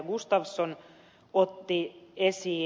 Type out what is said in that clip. gustafsson otti esiin